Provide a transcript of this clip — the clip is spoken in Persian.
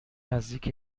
نزدیک